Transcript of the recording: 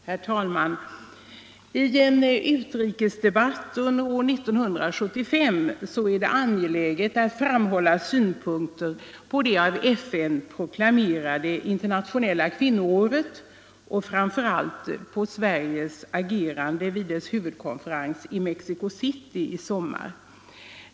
Herr talman! I en utrikesdebatt år 1975 är det angeläget att framhålla synpunkter på det av FN proklamerade internationella kvinnoåret och framför allt på Sveriges agerande vid kampanjens huvudkonferens i Mexico City i sommar.